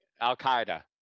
Al-Qaeda